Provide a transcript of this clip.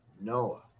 noah